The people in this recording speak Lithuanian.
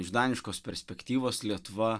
iš daniškos perspektyvos lietuva